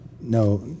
no